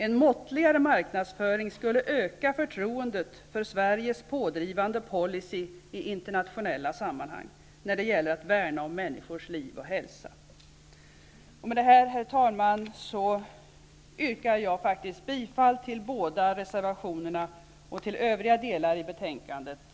En måttligare marknadsföring skulle öka förtroendet för Sveriges pådrivande policy i internationella sammanhang när det gäller att värna om människors liv och hälsa. Herr talman! Med detta yrkar jag bifall till båda reservationerna och till övriga delar i betänkandet.